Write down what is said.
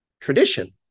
tradition